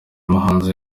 muhanzi